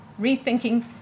rethinking